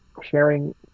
sharing